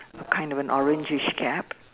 kind of an orangeish cap